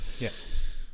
Yes